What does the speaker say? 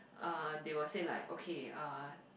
uh they will say like okay uh